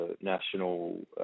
national